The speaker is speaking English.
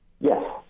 Yes